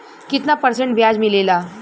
कितना परसेंट ब्याज मिलेला?